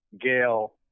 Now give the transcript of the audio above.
Gail